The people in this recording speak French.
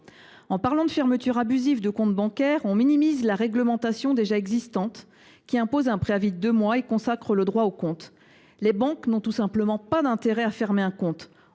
En parlant de fermetures abusives de comptes bancaires, on minimise la réglementation déjà existante, qui impose un préavis de deux mois et consacre le droit au compte. Les banques n’ont tout simplement pas d’intérêt à fermer un compte.